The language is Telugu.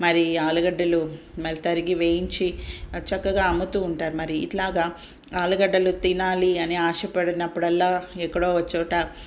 మరి ఆలుగడ్డలు మరి తరిగి వేయించి చక్కగా అమ్ముతూ ఉంటారు మరి ఇట్లాగా ఆలుగడ్డలు తినాలి అని ఆశపడినప్పుడల్ల ఎక్కడో ఒక చోట